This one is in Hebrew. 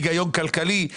מסבסד מכיוון אחר.